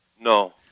No